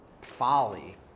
folly